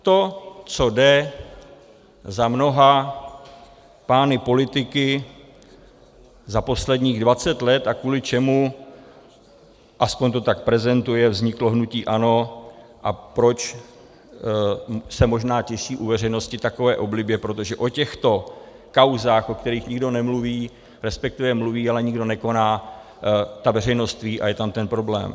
To, co jde za mnoha pány politiky za posledních dvacet let a kvůli čemu, aspoň to tak prezentuje, vzniklo hnutí ANO a proč se možná těší u veřejnosti takové oblibě, protože o těchto kauzách, o kterých nikdo nemluví, respektive mluví, ale nikdo nekoná, ta veřejnost ví a je tam ten problém.